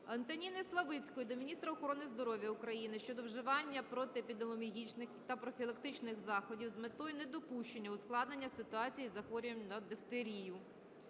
Антоніни Славицької до міністра охорони здоров'я України щодо вжиття протиепідемічних та профілактичних заходів з метою недопущення ускладнення ситуації із захворюванням на дифтерію.